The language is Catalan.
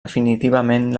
definitivament